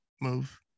move